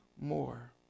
more